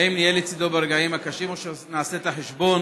והאם נהיה לצידו ברגעים הקשיים או שנעשה את החשבון